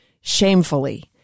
shamefully